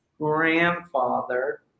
grandfather